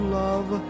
love